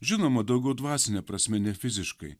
žinoma daugiau dvasine prasme ne fiziškai